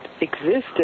existed